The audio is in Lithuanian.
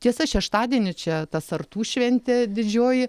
tiesa šeštadienį čia ta sartų šventė didžioji